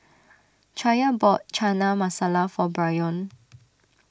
Chaya bought Chana Masala for Bryon